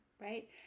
right